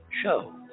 show